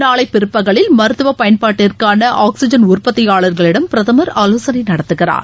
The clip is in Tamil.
நாளைபிற்பகலில் மருத்துவபயன்பாட்டிற்கான ஆக்சிஜன் உற்பத்தியாளர்களிடம் பிரதமர் ஆலோசனைநடத்துகிறார்